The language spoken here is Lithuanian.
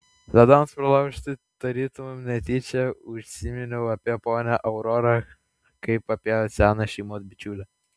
ledams pralaužti tarytum netyčia užsiminiau apie ponią aurorą kaip apie seną šeimos bičiulę